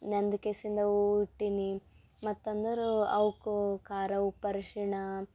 ನೆಂದು ಕೇಸಿಂದವು ಇಟ್ಟಿನಿ ಮತ್ತು ಅಂದರೆ ಅವ್ಕೆ ಖಾರ ಉಪ್ಪು ಅರಶಿಣ